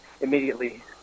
immediately